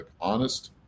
honest